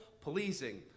pleasing